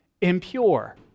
impure